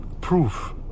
proof